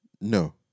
No